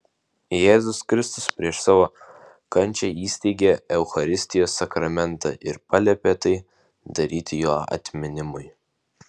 jėzus kristus prieš savo kančią įsteigė eucharistijos sakramentą ir paliepė tai daryti jo atminimui